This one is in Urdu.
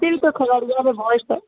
تو کھگڑیا میں بہت ہے